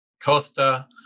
Costa